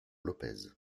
lopez